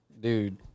Dude